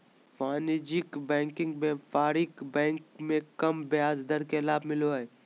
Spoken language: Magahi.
वाणिज्यिक बैंकिंग व्यापारिक बैंक मे कम ब्याज दर के लाभ मिलो हय